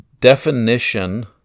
definition